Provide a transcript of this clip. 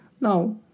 now